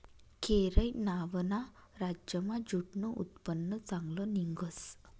केरय नावना राज्यमा ज्यूटनं उत्पन्न चांगलं निंघस